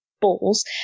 balls